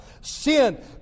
Sin